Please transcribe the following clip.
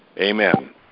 amen